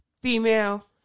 female